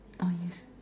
ah yes